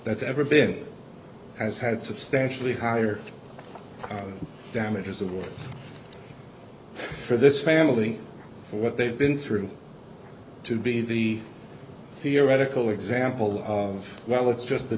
that's ever been has had substantially higher damages awards for this family what they've been through to be the theoretical example of well it's just the